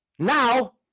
Now